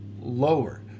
lower